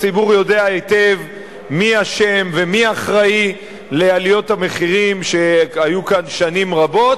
הציבור יודע היטב מי אשם ומי אחראי לעליות המחירים שהיו כאן שנים רבות,